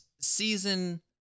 season